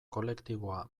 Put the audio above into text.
kolektiboa